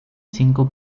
cinco